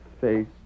Face